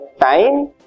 time